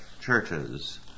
churches